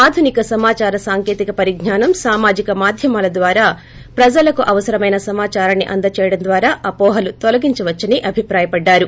ఆధునిక సమాచార సాంకేతిక పరిజ్ఞానం సామాజిక మాధ్యమాల ద్వారా ప్రజలకు అవసరమైన సమాచారాన్ని అందజేయడం ద్వారా అవోహలు తొలగించవచ్చని అభిప్రాయపడ్డారు